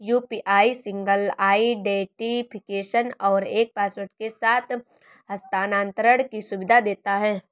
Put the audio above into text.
UPI single identification और एक password के साथ हस्थानांतरण की सुविधा देता है